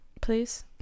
Please